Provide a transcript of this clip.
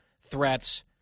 threats